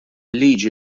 liġi